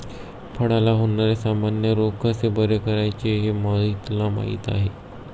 फळांला होणारे सामान्य रोग कसे बरे करायचे हे मोहितला माहीती आहे